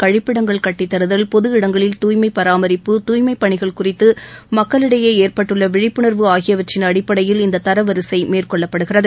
கழிப்பிடங்கள் கட்டித்தருதல் பொது இடங்களில் தூய்மை பராமரிப்பு தூய்மைப் பணிகள் குறித்து மக்களிடையே ஏற்பட்டுள்ள விழிப்புணர்வு ஆகியவற்றின் அடிப்படையில் இந்த தரவரிசை மேற்கொள்ளப்படுகிறது